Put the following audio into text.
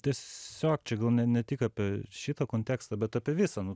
tiesiog čia gal ne ne tik apie šitą kontekstą bet apie visą nu